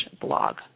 blog